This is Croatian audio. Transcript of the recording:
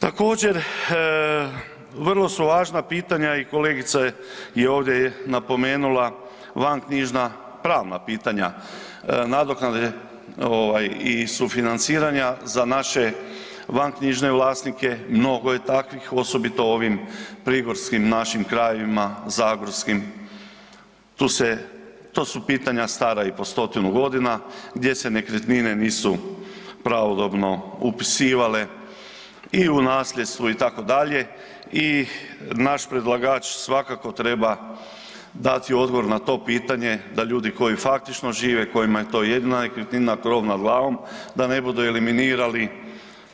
Također, vrlo su važna pitanja i kolegica je ovdje i napomenula, vanknjižna pravna pitanja nadoknade i sufinanciranja za naše vanknjižne vlasnike, mnogo je takvih, osobito u ovim prigorskim našim krajevima, zagorskim, to su pitanja stara i po stotinu godina gdje se nekretnine nisu pravodobno upisivale i u nasljedstvo itd., i naš predlagač svakako treba dati odgovor na to pitanje da ljudi koji faktično žive, kojima je to jedna nekretnina, krov nad glavom, da ne budu eliminirali